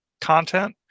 content